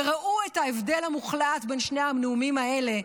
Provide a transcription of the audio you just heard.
וראו את ההבדל המוחלט בין שני הנאומים האלה.